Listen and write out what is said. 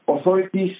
Authorities